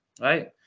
right